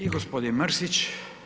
I gospodin Mrsić.